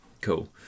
cool